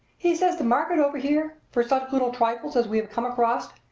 he says the market over here, for such little trifles as we have come across,